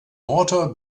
mortar